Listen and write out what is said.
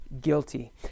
guilty